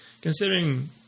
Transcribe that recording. considering